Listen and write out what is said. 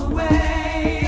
the way